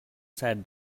sat